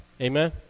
amen